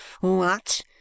What